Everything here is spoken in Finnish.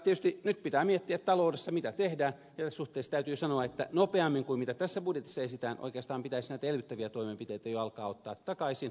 tietysti nyt pitää miettiä mitä taloudessa tehdään ja tässä suhteessa täytyy sanoa että nopeammin kuin tässä budjetissa esitetään oikeastaan pitäisi näitä elvyttäviä toimenpiteitä jo alkaa ottaa takaisin